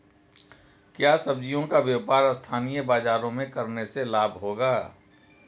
क्या सब्ज़ियों का व्यापार स्थानीय बाज़ारों में करने से लाभ होगा?